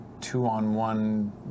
two-on-one